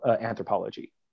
anthropology